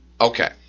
Okay